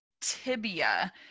tibia